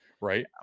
right